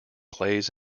plays